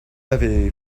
avez